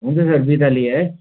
हुन्छ सर विदा लिएँ है